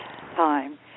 time